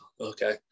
okay